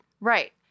Right